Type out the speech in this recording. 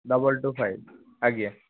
double two five ଆଜ୍ଞା